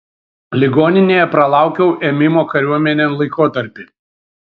ligoninėje pralaukiau ėmimo kariuomenėn laikotarpį